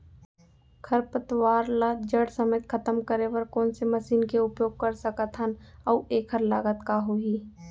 खरपतवार ला जड़ समेत खतम करे बर कोन से मशीन के उपयोग कर सकत हन अऊ एखर लागत का होही?